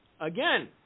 Again